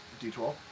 d12